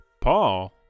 Paul